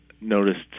noticed